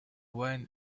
wine